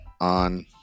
on